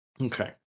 Okay